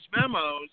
memos